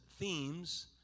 themes